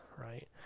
right